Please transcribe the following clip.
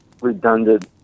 redundant